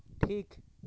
ᱴᱷᱤᱠ